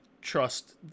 trust